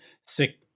sick